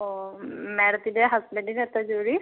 ഓ മേഡത്തിൻ്റെ ഹസ്ബൻഡിന് എന്താ ജോലി